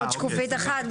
עוד שקופית אחת?